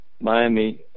Miami